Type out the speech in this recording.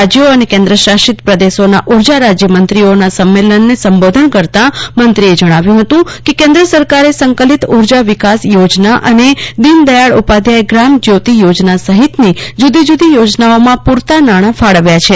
રાજ્યો અને કેન્દ્ર શાસિત પ્રદેશોના ઊર્જા રાજ્યમંત્રીઓના સંમેલનને સંબીધન કરતાં મંત્રીએ જણાવ્યું હતું કે કેન્ક સરકારે સંકલિત ઊર્જા વિકાસ થોજના અને દિન દયાળ ઉપાધ્યાય ગ્રામ જ્યોતિ યોજના સહિતની જુદી જુદી યોજનાઓમાં પૂરતાં નાણાં ફાળવ્યા છે